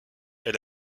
est